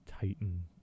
titan